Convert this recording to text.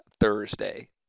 thursday